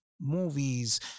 movies